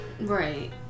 Right